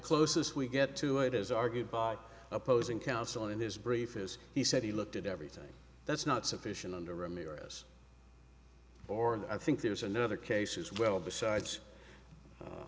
closest we get to it is argued by opposing counsel in his brief as he said he looked at everything that's not sufficient under ramirez or that i think there's another case as well besides